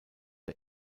der